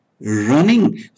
running